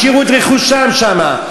השאירו את רכושם שם,